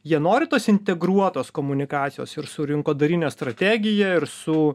jie nori tos integruotos komunikacijos ir su rinkodarine strategija ir su